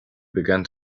began